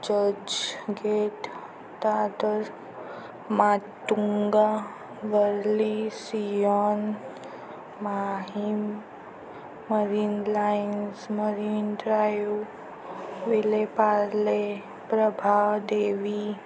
Churchgate Dadar Matunga Worli Sion Mahim Marine Lines Marine Drive Vile Parle Prabhadevi